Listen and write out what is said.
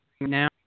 now